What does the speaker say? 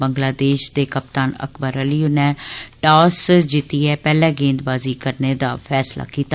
बंग्लादेश ऐ कप्तान अकबर अली नै बश्कार टास जित्तियै पैहले गेंदबाजी करने दा फैसला कीता